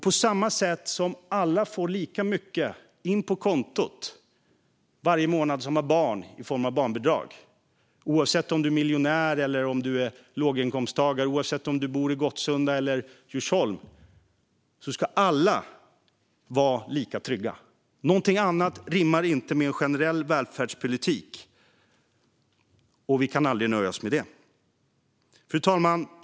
På samma sätt som alla som har barn får lika mycket in på kontot varje månad i form av barnbidrag - det gäller oavsett om du är miljonär eller om du är låginkomsttagare och oavsett om du bor i Gottsunda eller om du bor i Djursholm - ska alla vara lika trygga. Någonting annat rimmar inte med en generell välfärdspolitik, och vi kan aldrig nöja oss med det. Fru talman!